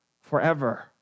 forever